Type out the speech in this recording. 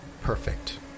Perfect